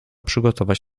przygotować